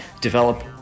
develop